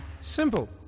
Simple